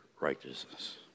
righteousness